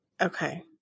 Okay